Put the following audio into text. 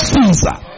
Caesar